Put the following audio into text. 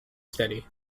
steady